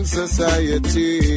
society